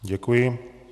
Děkuji.